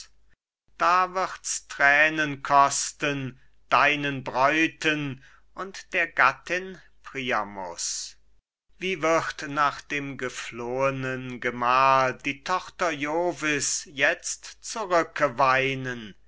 da wird's thränen kosten deinen bräuten und der gattin priamus wie wird nach dem geflohenen gemahl die tochter jovis jetzt zurückeweinen